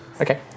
Okay